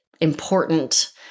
important